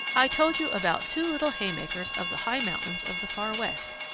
i told you about two little haymakers of the high mountains of the far west.